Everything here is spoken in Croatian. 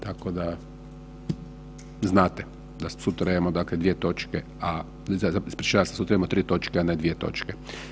Tako da znate da sutra imamo dvije točke, a, ispričavam se sutra imamo tri točke, a ne dvije točke.